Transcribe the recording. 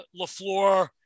LaFleur